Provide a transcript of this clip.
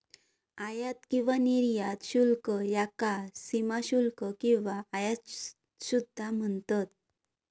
आयात किंवा निर्यात शुल्क याका सीमाशुल्क किंवा आयात सुद्धा म्हणतत